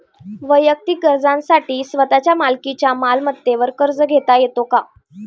वैयक्तिक गरजांसाठी स्वतःच्या मालकीच्या मालमत्तेवर कर्ज घेता येतो का?